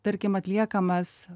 tarkim atliekamas